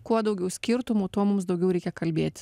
kuo daugiau skirtumų tuo mums daugiau reikia kalbėtis